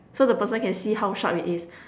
so the person can see how sharp it is